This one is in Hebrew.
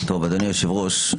אדוני היושב-ראש,